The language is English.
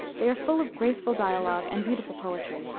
they are full of graceful dialogue and beautiful poetry.